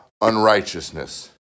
unrighteousness